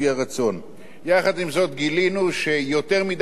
עם זאת גילינו שיותר מדי גופים גדולים,